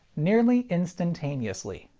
nearly instantaneously.